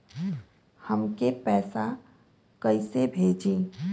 हमके पैसा कइसे भेजी?